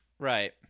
right